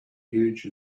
huge